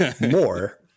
more